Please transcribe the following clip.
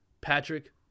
Patrick